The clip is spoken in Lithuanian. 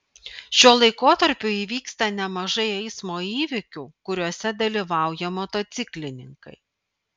šiuo laikotarpiu įvyksta nemažai eismo įvykių kuriuose dalyvauja motociklininkai